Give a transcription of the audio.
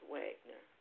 Wagner